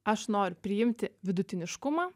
aš noriu priimti vidutiniškumą